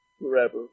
forever